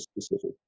specific